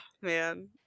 man